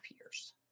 years